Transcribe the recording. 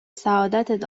سعادت